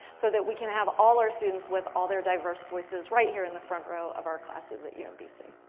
so that we can have all our students with all their diverse voices right here in the front row of our classes at you know umbc.